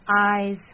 eyes